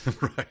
Right